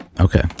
okay